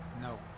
no